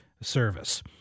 service